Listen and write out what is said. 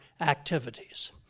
activities